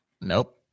Nope